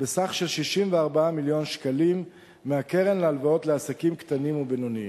בסך 64 מיליון שקלים מהקרן להלוואות לעסקים קטנים ובינוניים.